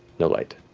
no light.